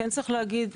כן צריך להגיד,